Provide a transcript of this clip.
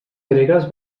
gregues